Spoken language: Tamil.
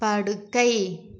படுக்கை